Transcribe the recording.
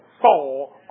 fall